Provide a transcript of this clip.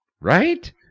Right